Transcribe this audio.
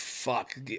Fuck